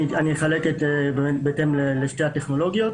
אני אחלק בהתאם לשתי הטכנולוגיות.